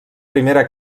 primera